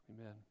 amen